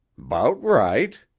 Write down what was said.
about right,